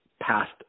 past